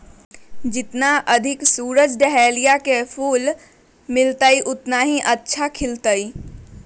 जितना अधिक सूरज डाहलिया के फूल मिलतय, उतना ही अच्छा खिलतय